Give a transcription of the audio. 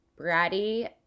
bratty